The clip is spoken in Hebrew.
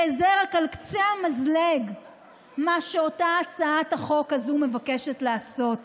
וזה רק על קצה המזלג מה שהצעת החוק הזאת מבקשת לעשות.